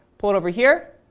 pull it over here,